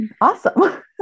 awesome